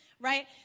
right